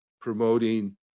promoting